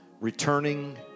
returning